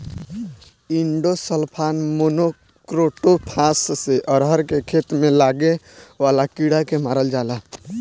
endosulfan, monocrotophos से अरहर के खेत में लागे वाला कीड़ा के मारल जाला